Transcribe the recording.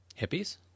Hippies